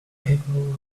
capable